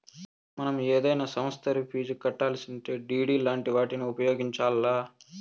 మనం ఏదైనా సమస్తరి ఫీజు కట్టాలిసుంటే డిడి లాంటి వాటిని ఉపయోగించాల్ల